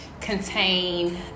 contain